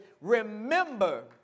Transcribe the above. remember